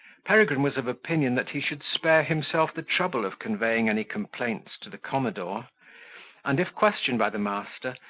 peregrine was of opinion that he should spare himself the trouble of conveying any complaints to the commodore and if questioned by the master,